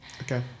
Okay